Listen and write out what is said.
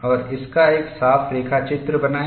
और इस का एक साफ रेखाचित्र बनाओ